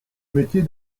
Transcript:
métier